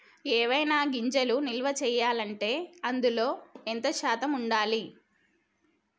ఏవైనా గింజలు నిల్వ చేయాలంటే అందులో ఎంత శాతం ఉండాలి?